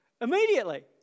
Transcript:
Immediately